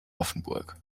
offenburg